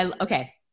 Okay